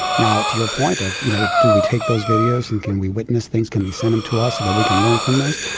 now to your point of you know do we take those videos, and can we witness things, can they send them to us so and that we can learn from those,